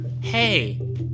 hey